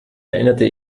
erinnerte